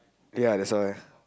ya that's why